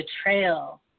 betrayal